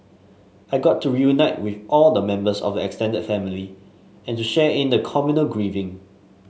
I got to reunite with all the members of the extended family and to share in the communal grieving